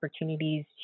opportunities